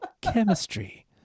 chemistry